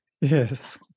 Yes